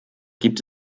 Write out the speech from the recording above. gibt